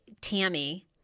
Tammy